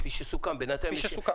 כפי שסוכם,